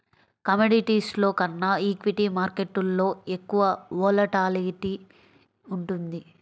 కమోడిటీస్లో కన్నా ఈక్విటీ మార్కెట్టులో ఎక్కువ వోలటాలిటీ ఉంటుంది